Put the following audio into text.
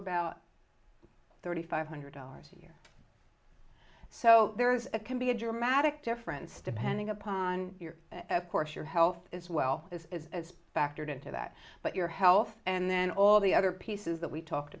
about thirty five hundred dollars a year so there is it can be a dramatic difference depending upon your course your health is well it's factored into that but your health and then all the other pieces that we talked